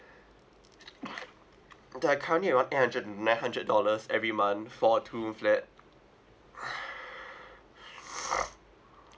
they are currently around eight hundred nine hundred dollars every month for a two room flat